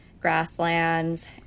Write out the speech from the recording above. grasslands